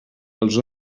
els